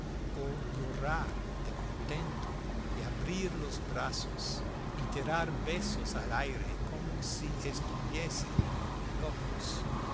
o llorar de contento y abrir los brazos y tirar besos al aire como si estuviesen locos